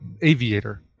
Aviator